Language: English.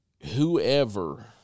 whoever